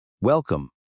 Welcome